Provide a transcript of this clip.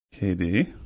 KD